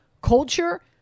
culture